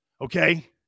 Okay